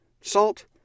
salt